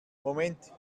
moment